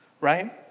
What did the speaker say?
right